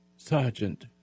sergeant